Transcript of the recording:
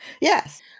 Yes